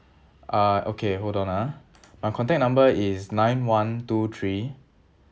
uh okay hold on ah my contact number is nine one two three